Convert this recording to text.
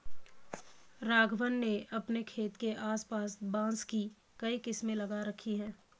राघवन ने अपने खेत के आस पास बांस की कई किस्में लगा रखी हैं